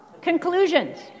conclusions